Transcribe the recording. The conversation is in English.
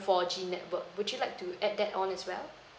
four G network would you like to add that on as well